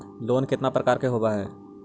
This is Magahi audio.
लोन केतना प्रकार के होव हइ?